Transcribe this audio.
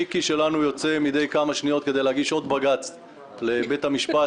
מיקי שלנו יוצא מידי כמה שניות כדי להגיש עוד בג"ץ לבית המשפט.